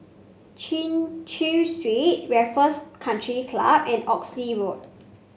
Chin Chew Street Raffles Country Club and Oxley Road